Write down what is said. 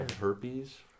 herpes